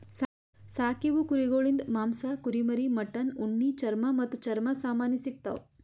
ಸಾಕೀವು ಕುರಿಗೊಳಿಂದ್ ಮಾಂಸ, ಕುರಿಮರಿ, ಮಟನ್, ಉಣ್ಣಿ, ಚರ್ಮ ಮತ್ತ್ ಚರ್ಮ ಸಾಮಾನಿ ಸಿಗತಾವ್